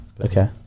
Okay